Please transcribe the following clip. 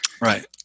Right